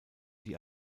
die